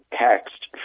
text